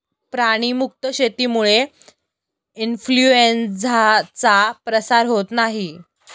प्राणी मुक्त शेतीमुळे इन्फ्लूएन्झाचा प्रसार होत नाही